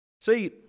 See